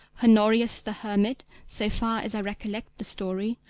honorius the hermit, so far as i recollect the story,